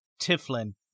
Tiflin